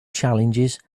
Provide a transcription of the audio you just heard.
challenges